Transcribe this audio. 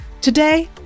Today